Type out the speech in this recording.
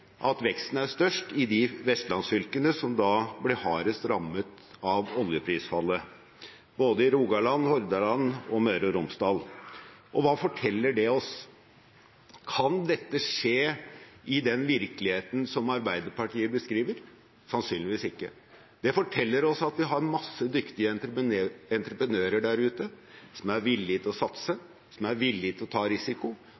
at veksten er størst i de vestlandsfylkene som ble hardest rammet av oljeprisfallet, både i Rogaland, Hordaland og Møre og Romsdal. Og hva forteller det oss? Kan dette skje i den virkeligheten som Arbeiderpartiet beskriver? Sannsynligvis ikke. Det forteller oss at vi har masse dyktige entreprenører der ute som er villige til å